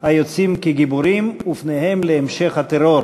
היוצאים כגיבורים ופניהם להמשך הטרור.